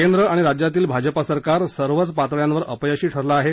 केंद्र आणि राज्यातील भाजप सरकार सर्वच पातळ्यांवर अपयशी ठरले आहेत